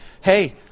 hey